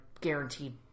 guaranteed